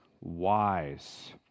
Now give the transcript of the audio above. wise